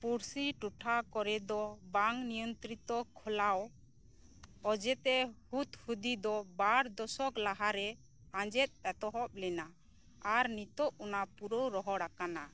ᱯᱩᱲᱥᱤ ᱴᱚᱴᱷᱟ ᱠᱚᱨᱮᱫᱚ ᱵᱟᱝ ᱱᱤᱭᱚᱱᱛᱨᱤᱛᱚ ᱠᱷᱚᱞᱟᱣ ᱚᱡᱮᱛᱮ ᱦᱩᱫᱽᱦᱩᱫᱤ ᱫᱚ ᱵᱟᱨ ᱫᱚᱥᱚᱠ ᱞᱟᱦᱟᱨᱮ ᱟᱸᱡᱮᱫ ᱮᱛᱚᱦᱚᱵ ᱞᱮᱱᱟ ᱟᱨ ᱱᱤᱛᱳᱜ ᱚᱱᱟ ᱯᱩᱟᱹᱣ ᱨᱚᱦᱚᱲ ᱟᱠᱟᱱᱟ